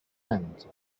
end